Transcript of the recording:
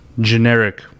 generic